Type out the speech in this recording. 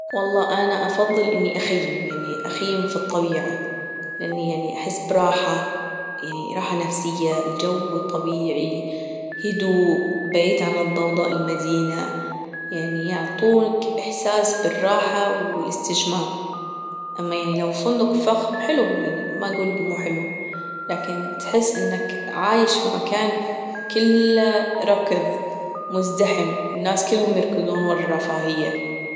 والله أني أفضل إني أخيم يعني أخيم في الطبيعة، لأني يعني أحس براحة يعني راحة نفسية الجو الطبيعي هدوء بعيد عن الضوضاء المدينة يعني يعطونك إحساس بالراحة والإستجمام أما يعني لو فندق فخم حلو يعني ما أجول مو حلو لكن تحس إنك عايش في مكان كله ركض مزدحم الناس كلهم يركضون ورا الرفاهية.